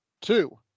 two